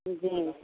जी